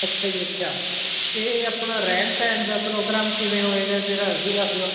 ਅੱਛਾ ਜੀ ਅੱਛਾ ਇਹ ਆਪਣਾ ਰਹਿਣ ਸਹਿਣ ਦਾ ਪ੍ਰੋਗਰਾਮ ਕਿਵੇਂ ਹੋਵੇਗਾ ਜਰਾ ਉਹ ਵੀ ਦੱਸ ਦਿਓ